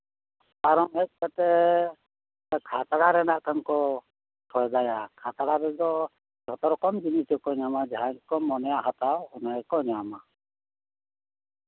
ᱯᱟᱨᱚᱢ ᱦᱮᱡ ᱠᱟᱛᱮᱜ ᱠᱷᱟᱛᱲᱟᱨᱮ ᱦᱟᱜ ᱠᱷᱟᱱ ᱠᱚ ᱥᱚᱭᱫᱟᱭᱟ ᱠᱷᱟᱛᱲᱟ ᱨᱮᱫᱚ ᱡᱚᱛᱚ ᱨᱚᱠᱚᱢ ᱡᱤᱱᱤᱥ ᱜᱮᱠᱚ ᱧᱟᱢᱟ ᱡᱟᱦᱟᱸ ᱜᱮᱠᱚ ᱢᱚᱱᱮᱭᱟ ᱦᱟᱛᱟᱣ ᱚᱱᱟ ᱜᱮᱠᱚ ᱧᱟᱢᱟ